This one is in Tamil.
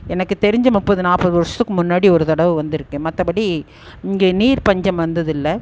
எனக்கு தெரிஞ்சு முப்பது நாற்பது வருஷத்துக்கு முன்னாடி ஒரு தடவை வந்திருக்கு மற்றபடி இங்கே நீர் பஞ்சம் வந்ததில்லை